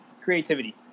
creativity